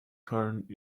current